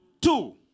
two